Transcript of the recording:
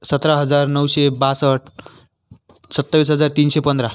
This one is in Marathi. सतरा हजार नऊशे बासष्ट सत्तावीस हजार तीनशे पंधरा